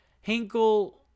Hinkle